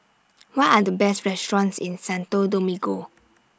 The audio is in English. What Are The Best restaurants in Santo Domingo